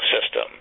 system